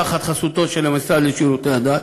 תחת חסותו של המשרד לשירותי דת,